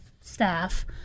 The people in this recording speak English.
staff